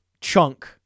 chunk